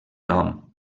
nom